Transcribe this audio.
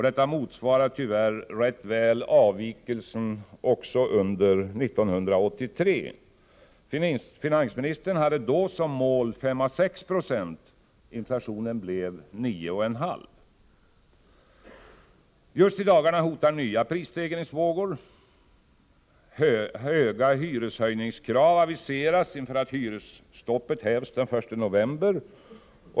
Detta motsvarar tyvärr rätt väl avvikelsen också under 1983. Finansministern hade då som mål 5-6 96, och inflationen blev 9,5 9. Just i dagarna hotar också nya prisstegringsvågor. Höga hyreshöjningskrav aviseras inför att hyresstoppet hävs den 1 november.